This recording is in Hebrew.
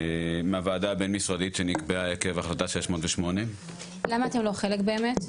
מהוועדה הבין משרדית שנקבעה עקב החלטה 608. למה אתם לא חלק באמת?